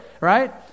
right